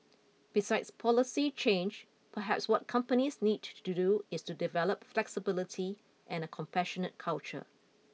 besides policy change perhaps what companies need to do is to develop flexibility and a compassionate culture